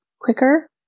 quicker